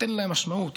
נותן להם משמעות,